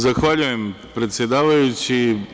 Zahvaljujem predsedavajući.